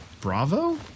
Bravo